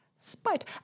spite